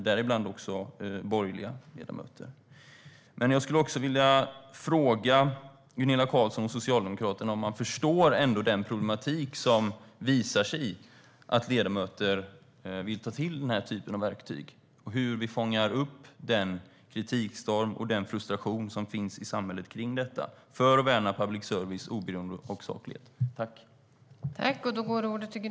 I detta anförande instämde Sara-Lena Bjälkö .